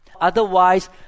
Otherwise